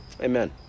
Amen